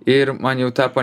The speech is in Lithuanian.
ir man jau tapo